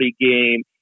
game